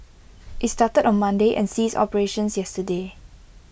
IT started on Monday and ceased operations yesterday